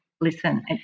listen